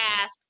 ask